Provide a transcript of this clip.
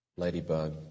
Ladybug